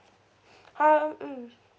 howe~ mm